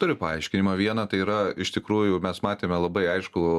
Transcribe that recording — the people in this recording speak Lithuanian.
turi paaiškinimą vieną tai yra iš tikrųjų mes matėme labai aiškų